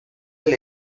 del